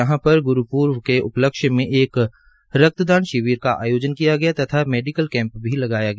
यहांपर ग्रूपर्व के उपलक्ष्य में एक रक्तदान शिविर का आयोजन किया गया तथा मेडीकल कैम्प भी लगाया गया